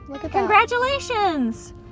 congratulations